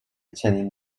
چنین